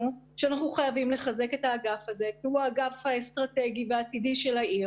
שאנחנו חייבים לחזק את האגף הזה כי הוא האגף האסטרטגי והעתידי של העיר